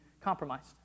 compromised